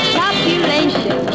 population